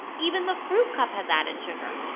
even the fruit cup has added sugar.